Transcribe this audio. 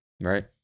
right